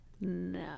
No